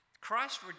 Christ